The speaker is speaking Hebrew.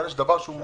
אבל יש דבר הזוי.